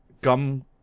gum